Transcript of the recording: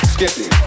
Skippy